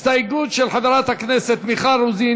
הסתייגות של חברות הכנסת מיכל רוזין,